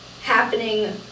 happening